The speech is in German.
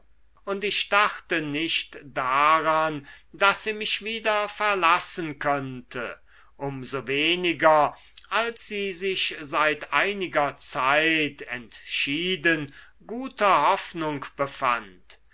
und ich dachte nicht daran daß sie mich wieder verlassen könnte um so weniger als sie sich seit einiger zeit entschieden guter hoffnung befand